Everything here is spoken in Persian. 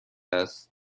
است